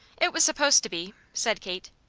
it was supposed to be, said kate.